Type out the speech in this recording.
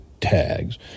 tags